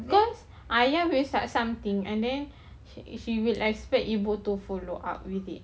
cause ayah will start something and then he he will expect ibu to follow up with it